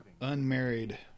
Unmarried